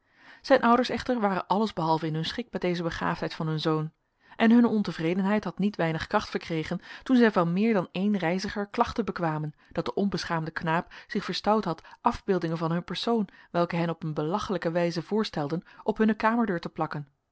zijn ouders echter waren alles behalve in hun schik met deze begaafdheid van hun zoon en hunne ontevredenheid had niet weinig kracht verkregen toen zij van meer dan een reiziger klachten bekwamen dat de onbeschaamde knaap zich verstout had afbeeldingen van hun persoon welke hen op een belachelijke wijze voorstelden op hunne kamerdeur te plakken